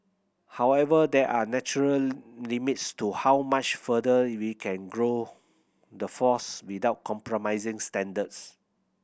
however there are natural limits to how much further we can grow the force without compromising standards